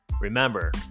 Remember